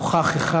אחד, נוכח,